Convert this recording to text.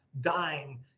dying